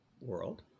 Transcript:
world